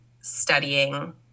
studying